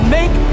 make